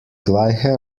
gleiche